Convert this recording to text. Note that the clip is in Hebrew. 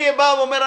אני אומר: